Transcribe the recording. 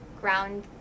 ground